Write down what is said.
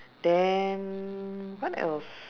then what else